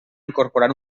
incorporar